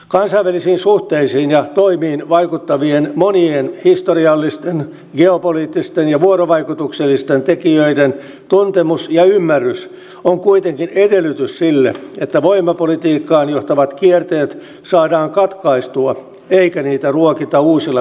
kansainvälisiin suhteisiin ja toimiin vaikuttavien monien historiallisten geopoliittisten ja vuorovaikutuksellisten tekijöiden tuntemus ja ymmärrys on kuitenkin edellytys sille että voimapolitiikkaan johtavat kierteet saadaan katkaistua eikä niitä ruokita uusilla virhearvioinneilla